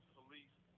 police